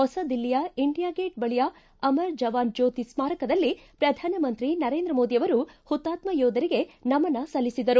ಹೊಸ ದಿಲ್ಲಿಯ India Gate ಬಳಿಯ ಅಮರ ಜವಾನ್ ಜ್ಯೋತಿ ಸ್ಗಾರಕದಲ್ಲಿ ಪ್ರಧಾನಮಂತ್ರಿ ನರೇಂದ್ರ ಮೋದಿ ಅವರು ಹುತಾತ್ನ ಯೋಧರಿಗೆ ನಮನ ಸಲ್ಲಿಸಿದರು